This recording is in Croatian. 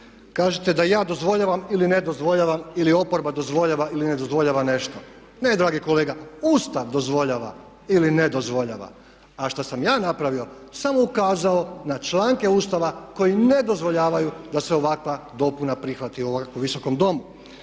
Kažete da ja dozvoljavam ili ne dozvoljavam ili oporba dozvoljava ili ne dozvoljava nešto. Ne dragi kolega, Ustav dozvoljava ili ne dozvoljava. A što sam ja napravio? Samo ukazao na članke Ustava koji ne dozvoljavaju da se ovakva dopuna prihvati u ovom Visokom domu.